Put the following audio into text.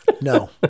No